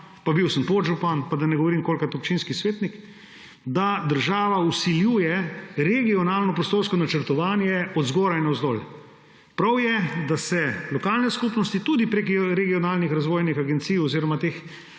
pa bil sem podžupan, pa da ne govorim, kolikokrat občinski svetnik – da država vsiljuje regionalno prostorsko načrtovanje od zgoraj navzdol. Prav je, da se lokalne skupnosti tudi prek regionalnih razvojnih agencij oziroma